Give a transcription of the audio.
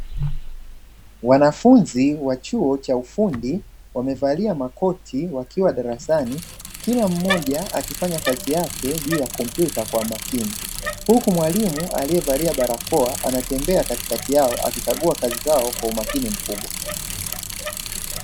Wanafunzi wa chuo cha ufundi wamevalia makoti wakiwa darasani, kila mmoja akifanya kazi yake juu ya kompyuta kwa umakini. Huku mwalimu alievalia barakoa anatembea katikati yao akikagua kazi zao kwa umakini mkubwa.